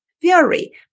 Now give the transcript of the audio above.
theory